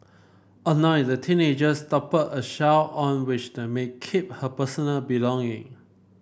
annoyed the teenagers toppled a shelf on which the maid kept her personal belonging